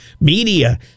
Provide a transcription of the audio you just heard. media